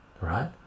right